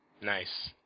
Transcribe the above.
Nice